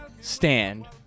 Stand